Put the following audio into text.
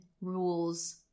rules